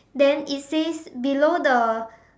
then it says below the